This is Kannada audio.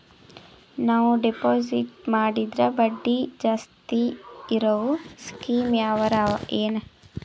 ನಾವು ಡೆಪಾಜಿಟ್ ಮಾಡಿದರ ಬಡ್ಡಿ ಜಾಸ್ತಿ ಇರವು ಸ್ಕೀಮ ಯಾವಾರ ಅವ ಏನ?